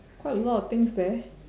quite a lot of things there